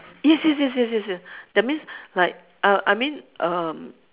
yes yes yes yes yes yes that means like I I mean um